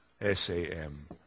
S-A-M